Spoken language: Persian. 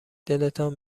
دلتان